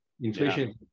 inflation